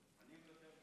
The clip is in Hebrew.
מוותר.